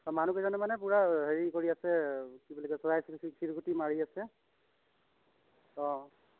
মানুহকেইজনে মানে পুৰা হেৰি কৰি আছে কি বুলি চৰাই চিৰিকটি শিলগুটি মাৰি আছে অ